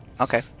Okay